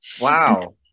Wow